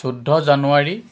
চৈধ্য জানুৱাৰী